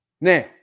now